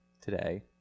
today